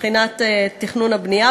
מבחינת תכנון הבנייה,